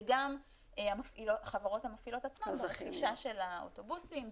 וגם החברות המפעילות עצמן ברכישה של האוטובוסים,